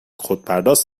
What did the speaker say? خودپرداز